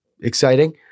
Exciting